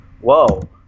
whoa